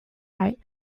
right